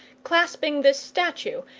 clasping this statue,